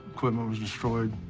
equipment was destroyed,